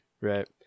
Right